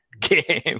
game